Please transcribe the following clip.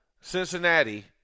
Cincinnati